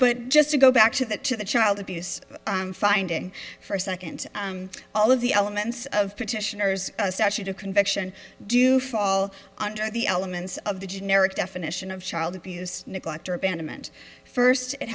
but just to go back to that to the child abuse finding for a second all of the elements of petitioners statute of conviction do fall under the elements of the generic definition of child abuse neglect or abandonment first it